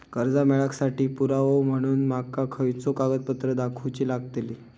कर्जा मेळाक साठी पुरावो म्हणून माका खयचो कागदपत्र दाखवुची लागतली?